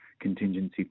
contingency